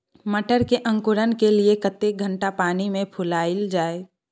मटर के अंकुरण के लिए कतेक घंटा पानी मे फुलाईल जाय?